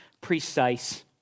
precise